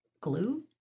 glue